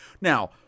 now